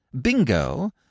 Bingo